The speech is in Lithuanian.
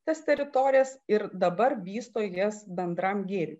tas teritorijas ir dabar vysto jas bendram gėriui